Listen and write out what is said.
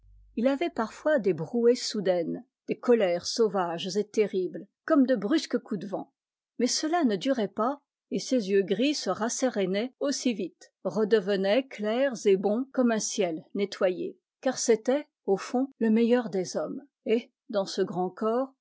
il avait parfois des brouées soudaines des colères sauvages et terribles comme de brusques coups de vent mais cela ne durait pas et ses yeux gris se rassérénaient aussi vite redevenaient clairs et bons comme un ciel nettoyé car c'était au fond le meilleur des hommes et dans ce grand corps